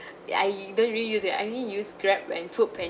I don't really use it I only use grab and foodpanda